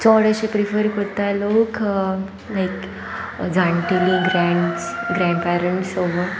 चड अशे प्रिफर करता लोक लायक जाणटेली ग्रॅड्स ग्रँड पेरंट्स